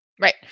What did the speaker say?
Right